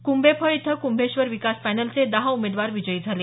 कुंभेफळ इथं कुंभेश्वर विकास पॅनलचे दहा उमेदवार विजयी झाले